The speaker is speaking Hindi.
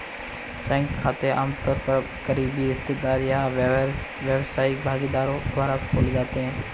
संयुक्त खाते आमतौर पर करीबी रिश्तेदार या व्यावसायिक भागीदारों द्वारा खोले जाते हैं